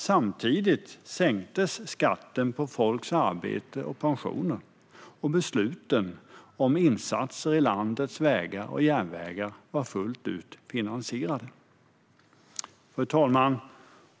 Samtidigt sänktes skatten på folks arbete och pensioner, och besluten om insatser i landets vägar och järnvägar var fullt ut finansierade. Fru talman!